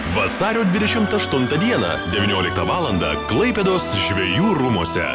vasario dvidešimt aštuntą dieną devynioliktą valandą klaipėdos žvejų rūmuose